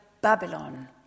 Babylon